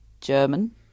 German